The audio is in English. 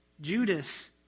Judas